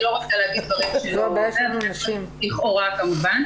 אני לא רוצה להגיד דברים שיהיו --- לכאורה כמובן.